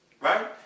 Right